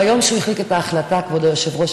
ביום שהוא החליט את ההחלטה, כבוד היושב-ראש,